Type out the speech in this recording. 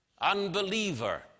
unbeliever